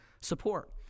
support